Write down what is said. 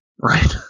right